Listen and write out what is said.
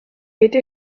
été